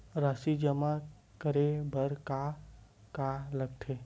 राशि जमा करे बर का का लगथे?